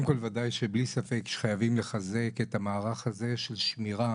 קודם כל בוודאי שבלי ספק חייבים לחזק את המערך הזה של שמירה